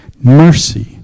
Mercy